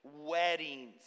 weddings